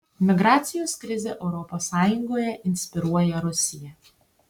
migracijos krizę europos sąjungoje inspiruoja rusija